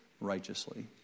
Righteously